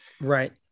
Right